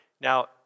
now